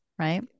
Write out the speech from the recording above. Right